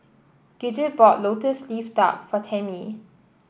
Gidget bought lotus leaf duck for Tammi